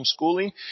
homeschooling